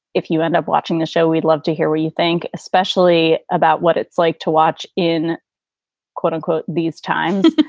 if you end up watching the show, we'd love to hear what you think, especially about what it's like to watch in quote unquote, these times.